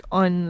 on